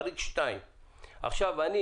חריג 2. עכשיו,